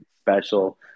special